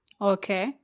okay